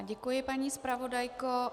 Děkuji, paní zpravodajko.